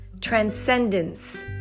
transcendence